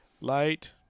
Light